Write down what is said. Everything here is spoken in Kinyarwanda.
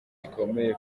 gikomeye